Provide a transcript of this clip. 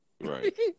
Right